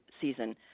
season